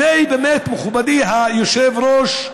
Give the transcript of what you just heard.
באמת, מכובדי היושב-ראש,